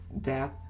death